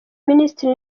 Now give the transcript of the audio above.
ministries